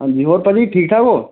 ਹਾਂਜੀ ਹੋਰ ਭਾਅ ਜੀ ਠੀਕ ਠਾਕ ਹੋ